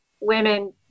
women